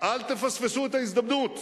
אל תפספסו את ההזדמנות.